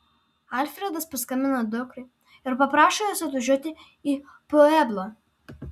alfredas paskambina dukrai ir paprašo jos atvažiuoti į pueblą